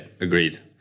agreed